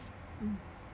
uh